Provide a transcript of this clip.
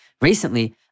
Recently